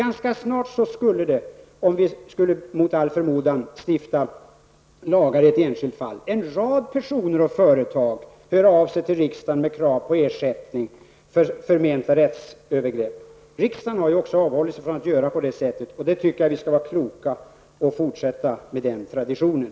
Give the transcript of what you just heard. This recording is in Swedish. Om vi mot all förmodan skulle stifta lag i ett enskilt fall skulle ganska snart en rad personer och företag höra av sig till riksdagen med krav på ersättning för förmenta rättsövergrepp. Riksdagen har ju också avhållit sig från att göra på det sättet, och jag tycker att vi skall vara kloka nog att fortsätta med den traditionen.